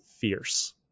fierce